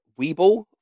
weeble